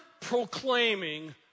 proclaiming